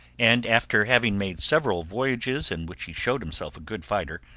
and after having made several voyages in which he showed himself a good fighter,